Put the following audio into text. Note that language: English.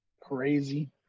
Crazy